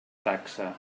taxa